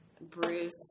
Bruce